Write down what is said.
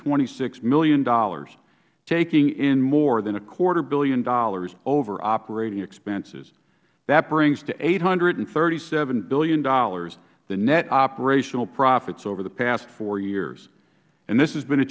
twenty six dollars million taking in more than a quarter billion dollars over operating expenses that brings to eight hundred and thirty seven dollars billion the net operational profits over the past four years and this has been a